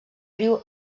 riu